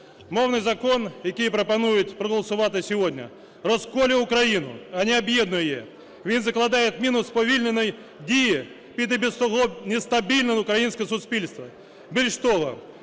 Мовний закон, який пропонують проголосувати сьогодні, розколює Україну, а не об'єднує її. Він закладає міну сповільненої дії під і без того нестабільне українське суспільство. Більш того,